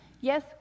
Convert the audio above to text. yes